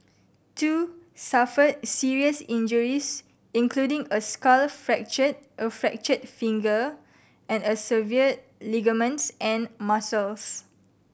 two suffered serious injuries including a skull fracture a fractured finger and a severed ligaments and muscles